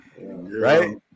Right